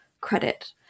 credit